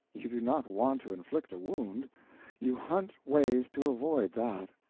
you do not want to inflict a wound you hunt ways to avoid that.